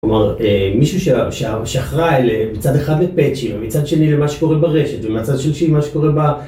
כלומר, מישהו שאחראי למצד אחד לפאצ'ים, מצד שני למה שקורה ברשת, ומצד שלשי מה שקורה ב...